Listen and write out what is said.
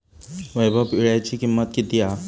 वैभव वीळ्याची किंमत किती हा?